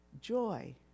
Joy